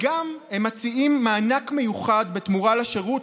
והם גם מציעים מענק מיוחד בתמורה לשירות